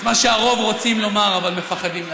את מה שהרוב רוצים לומר אבל מפחדים להגיד.